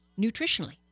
nutritionally